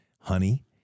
honey